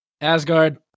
Asgard